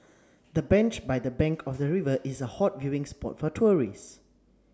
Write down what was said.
the bench by the bank of the river is a hot viewing spot for tourists